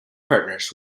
partners